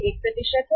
प्राप्य 20 हैं